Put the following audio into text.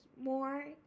more